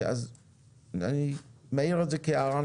אני מעיר את זה כהערה.